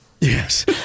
Yes